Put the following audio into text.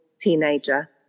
teenager